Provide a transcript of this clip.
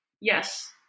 yes